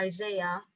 Isaiah